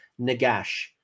Nagash